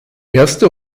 erste